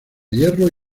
hierro